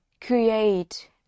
create